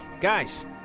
guys